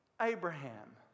Abraham